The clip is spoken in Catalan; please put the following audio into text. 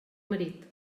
marit